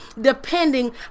depending